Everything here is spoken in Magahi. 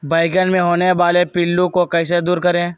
बैंगन मे होने वाले पिल्लू को कैसे दूर करें?